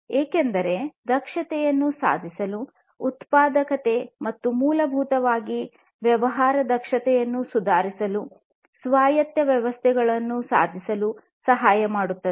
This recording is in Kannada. ಏಕೆಂದರೆ ದಕ್ಷತೆಯನ್ನು ಸುಧಾರಿಸಲು ಉತ್ಪಾದಕತೆ ಮತ್ತು ಮೂಲಭೂತವಾಗಿ ವ್ಯವಹಾರ ದಕ್ಷತೆಯನ್ನು ಸುಧಾರಿಸಲು ಸ್ವಾಯತ್ತ ವ್ಯವಸ್ಥೆಗಳನ್ನು ಸಾಧಿಸಲು ಸಹಾಯ ಮಾಡುತ್ತದೆ